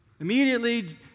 Immediately